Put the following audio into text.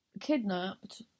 kidnapped